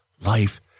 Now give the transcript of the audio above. life